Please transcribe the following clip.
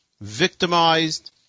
victimized